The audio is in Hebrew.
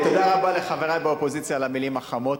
תודה רבה לחברי באופוזיציה על המלים החמות.